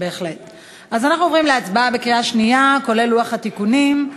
אנחנו עוברים להצבעה בקריאה שנייה כולל לוח התיקונים.